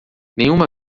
nenhuma